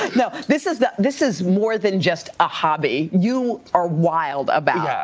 you know this is this is more than just a hobby. you are wild about.